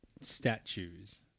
statues